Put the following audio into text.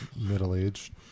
middle-aged